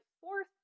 fourth